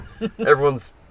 everyone's